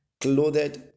clothed